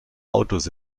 autos